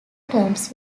terms